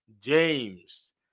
James